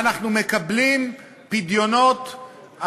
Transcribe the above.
ואנחנו מקבלים פדיונות,